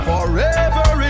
Forever